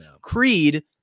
Creed